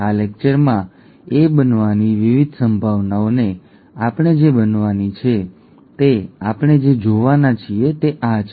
આ લેક્ચરમાં એ બનવાની વિવિધ સંભાવનાઓને આપણે જે બનવાની છે તે આપણે જે જોવાના છીએ તે આ છે